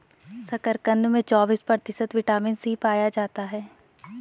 शकरकंद में चौबिस प्रतिशत विटामिन सी पाया जाता है